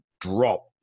drop